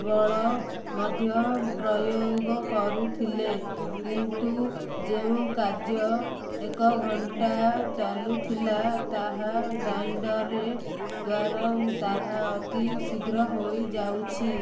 ବଳ ମଧ୍ୟ ପ୍ରୟୋଗ କରୁଥିଲେ କିନ୍ତୁ ଯେଉଁ କାର୍ଯ୍ୟ ଏକ ଘଣ୍ଟା ଚାଲୁଥିଲା ତାହା ଗ୍ରାଇଣ୍ଡର୍ରେ ଦ୍ୱାରା ତାହା ଅତି ଶୀଘ୍ର ହୋଇଯାଉଛି